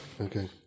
Okay